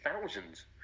thousands